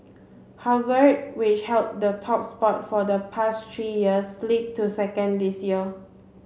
Harvard which held the top spot for the past three years slipped to second this year